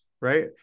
Right